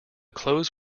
clothes